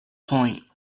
point